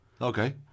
Okay